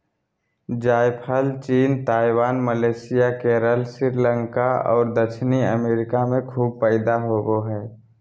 जायफल चीन, Taiwan, Malaysia, Kerala, Sri Lanka और दक्षिणी अमेरिका में खूब पैदा होबो हइ